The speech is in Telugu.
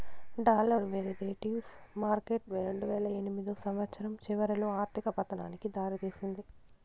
డాలర్ వెరీదేటివ్స్ మార్కెట్ రెండువేల ఎనిమిదో సంవచ్చరం చివరిలో ఆర్థిక పతనానికి దారి తీసింది